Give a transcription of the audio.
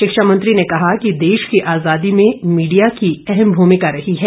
शिक्षा मंत्री ने कहा कि देश की आजादी में मीडिया की अहम भूमिका रही है